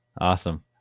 Awesome